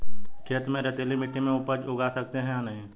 खेत में रेतीली मिटी में उपज उगा सकते हैं या नहीं?